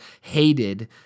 hated